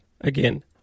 Again